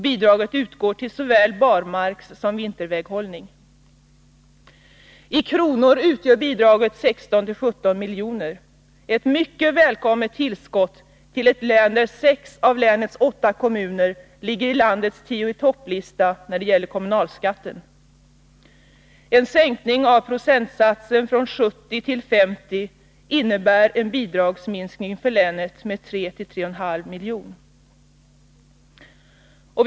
Bidraget utgår till såväl barmarkssom vinterväghållning. I kronor utgör bidraget 16-17 miljoner, ett mycket välkommet tillskott till ett län där 6 av länets 8 kommuner ligger i landets tio-i-topplista när det gäller kommunalskatten. En sänkning av procentsatsen från 70 9 till 50 96 innebär en bidragsminskning för länet med 3-3,5 miljoner.